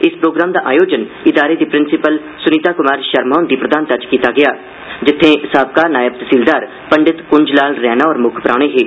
इस प्रोग्राम दा आयोजन इदारे दी प्रिंसिपल सुनीता कुमार शर्मा हुंदी प्रधानता च कीता गेआ जित्थें साबका नायब तैहसीलदार पंडित कुंज लाल रैणा होर मुक्ख परौहने हे